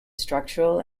structural